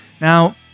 Now